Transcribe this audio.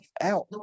out